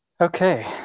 Okay